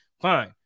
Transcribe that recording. Fine